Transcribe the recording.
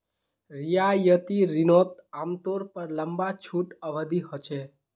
रियायती रिनोत आमतौर पर लंबा छुट अवधी होचे